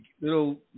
little